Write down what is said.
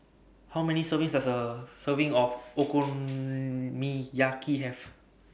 How Many servings Does A Serving of Okonomiyaki Have